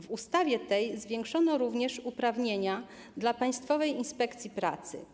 W ustawie tej zwiększono również uprawnienia dla Państwowej Inspekcji Pracy.